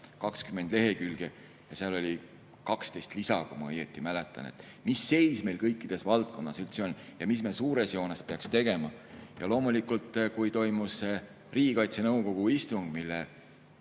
20 lehekülge ja seal oli 12 lisa, kui ma õigesti mäletan: mis seis meil kõikides valdkonnas üldse on ja mis me suures joones peaks tegema. Ja loomulikult, kui toimus Riigikaitse Nõukogu istung, mille